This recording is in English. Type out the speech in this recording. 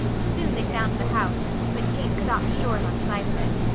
soon they found the house, but kate stopped short on sight of it.